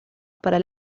para